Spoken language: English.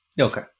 okay